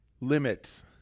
limits